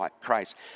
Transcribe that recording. Christ